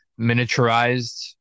miniaturized